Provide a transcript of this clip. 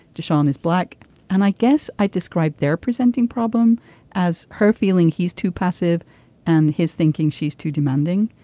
deshawn is black and i guess i described they're presenting problem as her feeling he's too passive and his thinking she's too demanding.